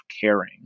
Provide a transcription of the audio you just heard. caring